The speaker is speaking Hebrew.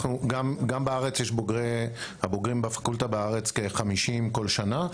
הבוגרים בפקולטה בארץ הם כ-50 כל שנה,